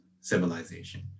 civilization